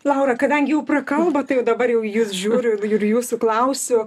laura kadangi jau prakalbo tai jau dabar jau į jus žiūriu ir jūsų klausiu